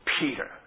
Peter